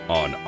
on